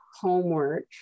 homework